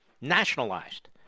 nationalized